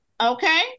Okay